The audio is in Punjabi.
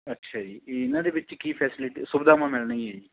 ਅੱਛਾ ਜੀ ਇਹਨਾਂ ਦੇ ਵਿੱਚ ਕੀ ਫੈਸਲਿਟੀ ਸੁਵਿਧਾਵਾਂ ਮਿਲਣਗੀਆਂ ਜੀ